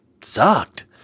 sucked